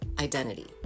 identity